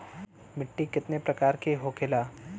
मिट्टी कितने प्रकार के होखेला?